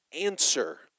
answer